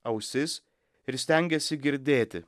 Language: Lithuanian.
ausis ir stengiasi girdėti